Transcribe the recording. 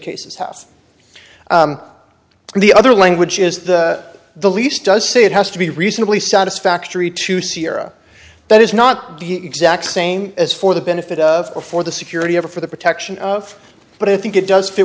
cases house the other language is the least does say it has to be reasonably satisfactory to sierra that is not the exact same as for the benefit of a for the security of or for the protection of but i think it does fit